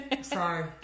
Sorry